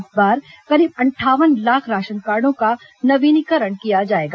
इस बार करीब अंठावन लाख राशन कार्डो का नवीनीकरण किया जाएगा